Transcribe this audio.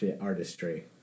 artistry